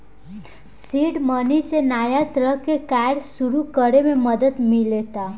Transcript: seed money से नया तरह के कार्य सुरू करे में मदद मिलता